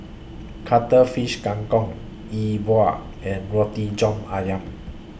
Cuttlefish Kang Kong Yi Bua and Roti John Ayam